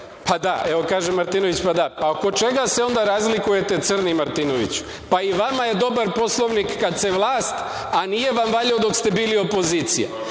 Pa, da.)Evo, kaže Martinović – Pa, da! Pa, oko čega se onda razlikujete, crni Martinoviću? I vama je dobar Poslovnik kad ste vlast, a nije vam valjao dok ste bili